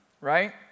right